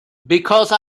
because